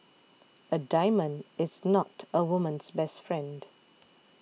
a diamond is not a woman's best friend